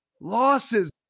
losses